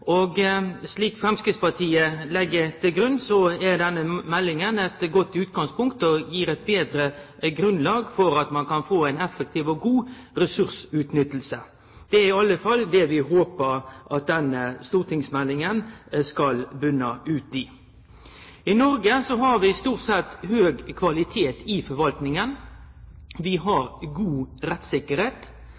om. Slik Framstegspartiet ser det, er denne meldinga eit godt utgangspunkt og gir eit betre grunnlag for at ein kan få ei effektiv og god ressursutnytting. Det er i alle fall det vi håper at denne stortingsmeldinga skal botne ut i. I Noreg har vi stort sett høg kvalitet i forvaltninga. Vi har god